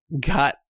got